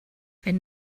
wenn